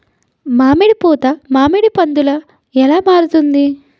మామిడి పూత మామిడి పందుల ఎలా మారుతుంది?